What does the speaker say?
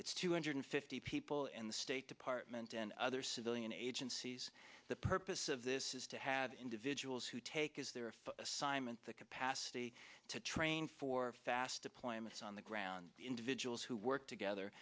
it's two hundred fifty people and the state department and other civilian agencies the purpose of this is to have individuals who take is there assignment the capacity to train for fast deployments on the ground the individuals who work together